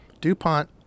DuPont